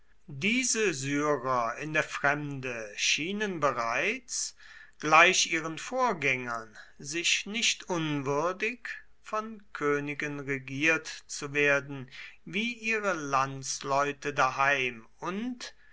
diese syrer in der fremde schienen bereits gleich ihren vorgängern sich nicht unwürdig von königen regiert zu werden wie ihre landsleute daheim und